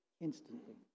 instantly